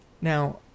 Now